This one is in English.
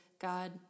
God